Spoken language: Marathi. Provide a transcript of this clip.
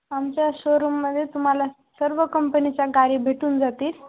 आमच्या शोरूममध्ये तुम्हाला सर्व कंपनीच्या गाडी भेटून जातील